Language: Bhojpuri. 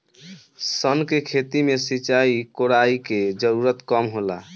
सन के खेती में सिंचाई, कोड़ाई के जरूरत कम होला